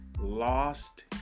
lost